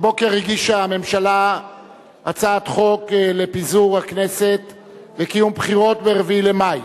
הבוקר הגישה הממשלה הצעת חוק לפיזור הכנסת וקיום בחירות ב-4 בספטמבר.